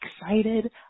excited